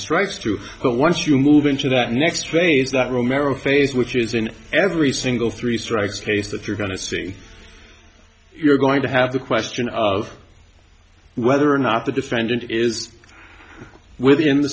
strikes true but once you move into that next phase that romero phase which is in every single three strikes case that you're going to see you're going to have the question of whether or not the defendant is within the